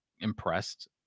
impressed